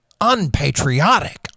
unpatriotic